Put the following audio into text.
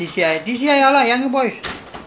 not not but not much people also